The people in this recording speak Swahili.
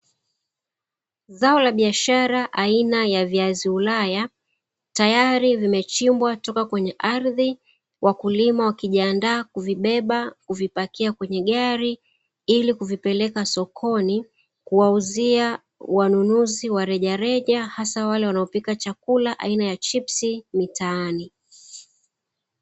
Zao la biashara aina ya viazi ulaya tayari vimechimbwa kutoka kwenye ardhi, wakulima wakijianda kuvibeba kuvipakia kwenye gari ili kupeleka sokoni kuwauzia wauzaji wa rejareja hasa wale wanapika chipsi mtaani.